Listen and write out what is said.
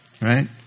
Right